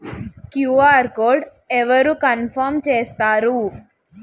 QR code అవరు confirm చేస్తారు?